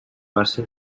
base